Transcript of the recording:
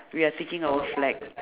we are taking our flag